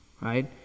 right